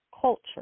culture